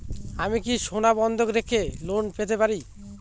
আমি কি সোনা বন্ধক রেখে ঋণ পেতে পারি?